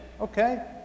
okay